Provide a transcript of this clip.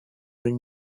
been